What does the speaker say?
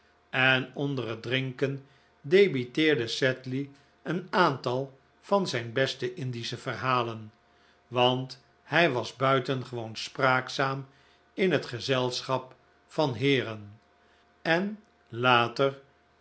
en onder het drinken debiteerde sedley een aantal van zijn beste indische verhalen want hij was buitengewoon spraakzaam in het gezelschap van heeren en later